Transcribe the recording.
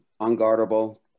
unguardable